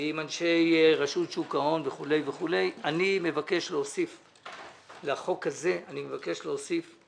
ועם אנשי רשות שוק ההון וכולי - אני מבקש להוסיף לחוק הזה את